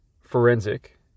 forensic